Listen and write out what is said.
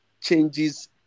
changes